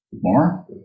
More